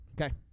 Okay